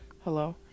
Hello